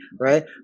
right